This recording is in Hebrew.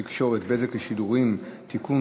התקשורת (בזק ושידורים) (תיקון,